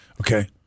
Okay